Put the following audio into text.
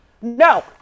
No